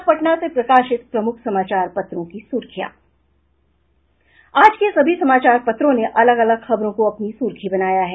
अब पटना से प्रकाशित प्रमुख समाचार पत्रों की सुर्खियां आज के सभी समाचार पत्रों ने अलग अलग खबरों को अपनी सुर्खी बनाया है